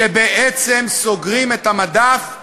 שבעצם סוגרים את המדף,